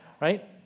right